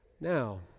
Now